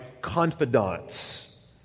confidants